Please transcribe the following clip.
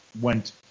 went